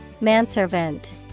Manservant